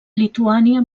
lituània